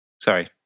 Sorry